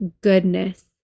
goodness